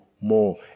more